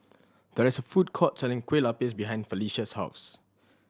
there is a food court selling Kueh Lupis behind Felisha's house